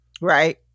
right